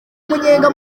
umunyenga